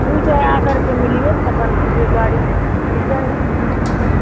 ठीक है आ करके मिलिए पसंद कीजिए गाड़ी मिल जाएगा क़िस्त पर